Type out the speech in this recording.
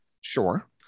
Sure